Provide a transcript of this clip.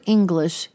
English